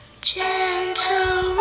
Gentle